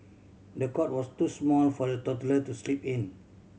the cot was too small for the toddler to sleep in